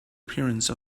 appearance